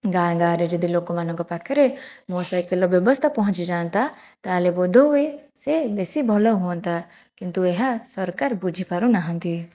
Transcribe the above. ଗାଁ ଗାଁରେ ଯଦି ଲୋକମାନଙ୍କ ପାଖରେ ମୋ ସାଇକେଲର ବ୍ୟବସ୍ଥା ପହଁଞ୍ଚି ଯାଆନ୍ତା ତାହେଲେ ବୋଧହୁଏ ସେ ବେଶୀ ଭଲ ହୁଅନ୍ତା କିନ୍ତୁ ଏହା ସରକାର ବୁଝିପାରୁ ନାହାନ୍ତି